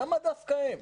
למה דווקא הם?